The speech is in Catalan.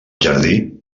jardí